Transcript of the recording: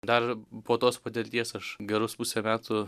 dar po tos patirties aš gerus pusę metų